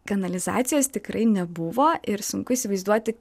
kanalizacijos tikrai nebuvo ir sunku įsivaizduoti